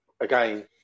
again